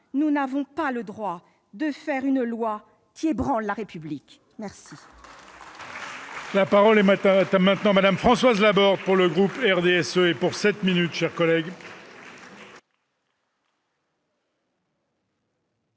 nous n'avons pas le droit de faire une loi qui ébranle la République. Très